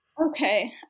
Okay